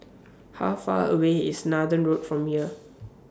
How Far away IS Nathan Road from here